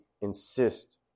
Insist